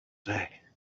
day